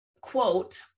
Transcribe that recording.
quote